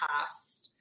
past